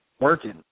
working